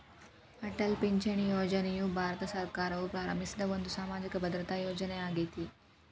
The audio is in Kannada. ಅಟಲ್ ಪಿಂಚಣಿ ಯೋಜನೆಯು ಭಾರತ ಸರ್ಕಾರವು ಪ್ರಾರಂಭಿಸಿದ ಒಂದು ಸಾಮಾಜಿಕ ಭದ್ರತಾ ಯೋಜನೆ ಆಗೇತಿ